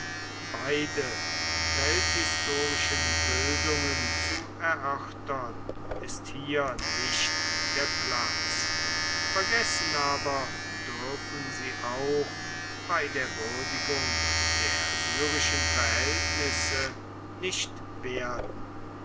beide welthistorischen bildungen zu erörtern ist hier nicht der platz vergessen aber dürfen sie auch bei der würdigung der syrischen verhältnisse nicht werden